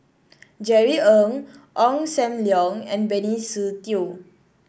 Jerry Ng Ong Sam Leong and Benny Se Teo